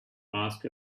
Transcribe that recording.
ask